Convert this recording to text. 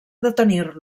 detenir